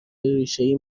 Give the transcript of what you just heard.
ریشهای